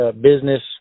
business